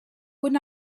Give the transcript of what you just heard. would